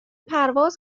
پرواز